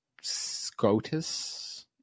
SCOTUS